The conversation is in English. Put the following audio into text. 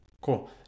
Cool